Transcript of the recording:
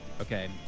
Okay